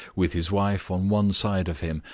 with his wife on one side of him,